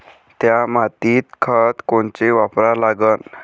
थ्या मातीत खतं कोनचे वापरा लागन?